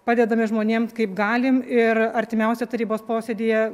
padedame žmonėms kaip galim ir artimiausiam tarybos posėdyje